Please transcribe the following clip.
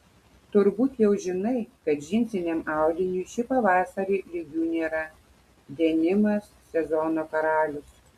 turbūt jau žinai kad džinsiniam audiniui šį pavasarį lygių nėra denimas sezono karalius